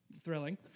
Thrilling